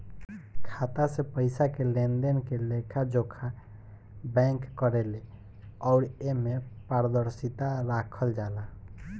खाता से पइसा के लेनदेन के लेखा जोखा बैंक करेले अउर एमे पारदर्शिता राखल जाला